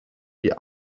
die